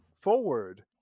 forward